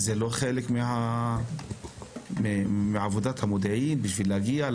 זה לא חלק מעבודת המודיעין בשביל להגיע,